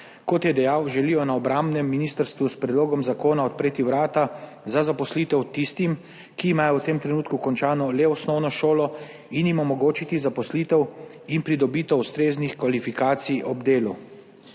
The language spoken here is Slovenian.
Kot je dejal, želijo na obrambnem ministrstvu s predlogom zakona odpreti vrata za zaposlitev tistim, ki imajo v tem trenutku končano le osnovno šolo in jim omogočiti zaposlitev in pridobitev ustreznih kvalifikacij ob delu.